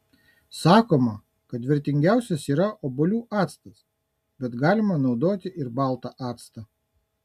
sakoma kad veiksmingiausias yra obuolių actas bet galima naudoti ir baltą actą